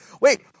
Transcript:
wait